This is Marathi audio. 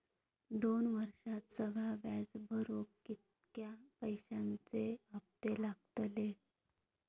दोन वर्षात सगळा व्याज भरुक कितक्या पैश्यांचे हप्ते लागतले?